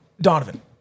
Donovan